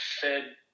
Fed